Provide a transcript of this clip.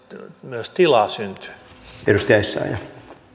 myös tilaa syntyä